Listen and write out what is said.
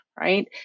right